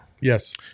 yes